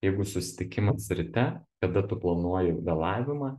jeigu susitikimas ryte kada tu planuoji vėlavimą